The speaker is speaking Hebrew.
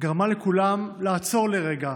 גרמה לכולם לעצור לרגע